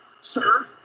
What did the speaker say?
sir